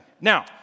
Now